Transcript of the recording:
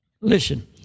Listen